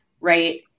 right –